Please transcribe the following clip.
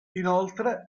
inoltre